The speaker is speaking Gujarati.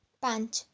પાંચ